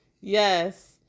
Yes